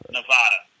Nevada